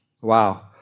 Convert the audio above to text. Wow